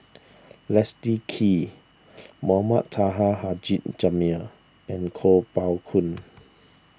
Leslie Kee Mohamed Taha Haji Jamil and Kuo Pao Kun